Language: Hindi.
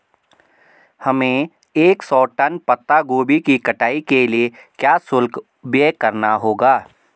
हमें एक सौ टन पत्ता गोभी की कटाई के लिए क्या शुल्क व्यय करना होगा?